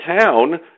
town